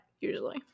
usually